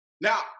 Now